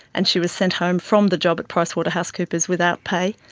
and she was sent home from the job at pricewaterhousecoopers without pay.